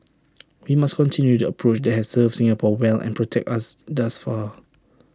we must continue the approach that has served Singapore well and protected us thus far